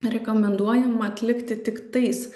rekomenduojama atlikti tiktais